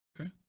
Okay